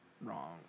wrong